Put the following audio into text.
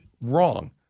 wrong